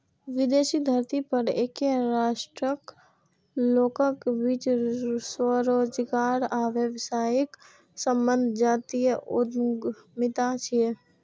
विदेशी धरती पर एके राष्ट्रक लोकक बीच स्वरोजगार आ व्यावसायिक संबंध जातीय उद्यमिता छियै